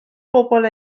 bobl